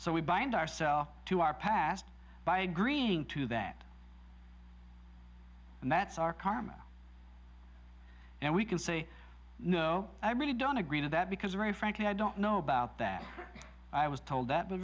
so we bind ourselves to our past by agreeing to that and that's our karma and we can say no i really don't agree to that because very frankly i don't know about that i was told that the